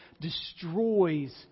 destroys